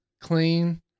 clean